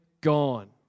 gone